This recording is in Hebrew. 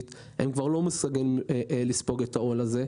והם כבר לא מסוגלים לספוג את העול הזה.